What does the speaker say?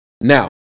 now